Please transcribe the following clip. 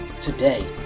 today